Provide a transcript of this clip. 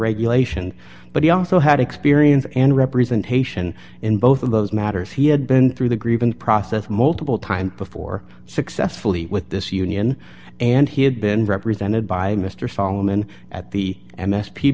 regulation but he also had experience and representation in both of those matters he had been through the grieving process multiple times before successfully with this union and he had been represented by mr solomon at the m s p